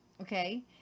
okay